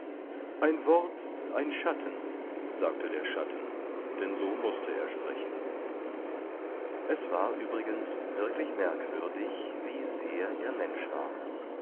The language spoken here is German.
ein wort ein schatten sagte der schatten denn so mußte er sprechen es war übrigens wirklich merkwürdig wie sehr er mensch war